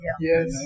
Yes